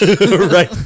Right